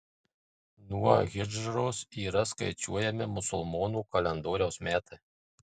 nuo hidžros yra skaičiuojami musulmonų kalendoriaus metai